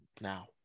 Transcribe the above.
now